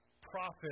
profit